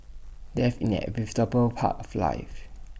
death in an inevitable part of life